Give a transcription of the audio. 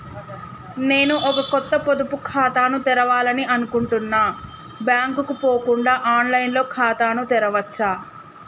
నేను ఒక కొత్త పొదుపు ఖాతాను తెరవాలని అనుకుంటున్నా బ్యాంక్ కు పోకుండా ఆన్ లైన్ లో ఖాతాను తెరవవచ్చా?